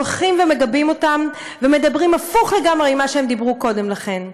מגבים אותם ומדברים הפוך לגמרי ממה שהם דיברו קודם לכן.